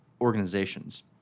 organizations